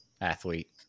athlete